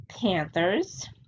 Panthers